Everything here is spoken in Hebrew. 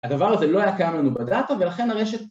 ‫הדבר הזה לא היה קיים לנו בדאטה, ‫ולכן הרשת...